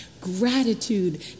Gratitude